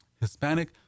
Hispanic